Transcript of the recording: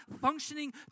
functioning